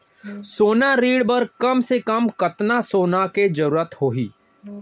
सोना ऋण बर कम से कम कतना सोना के जरूरत होही??